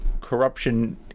corruption